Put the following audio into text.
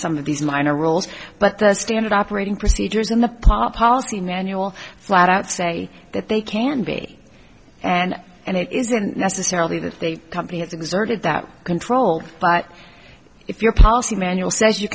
some of these minor roles but the standard operating procedures in the paul policy manual flat out say that they can be and and it isn't necessarily that the company has exerted that control but if your policy manual says you